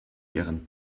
ihren